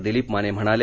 दिलीप माने म्हणाले